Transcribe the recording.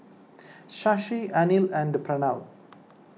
Shashi Anil and Pranav